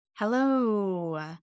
Hello